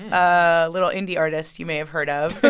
a little indie artist you may have heard of.